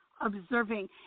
observing